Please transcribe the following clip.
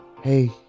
Hey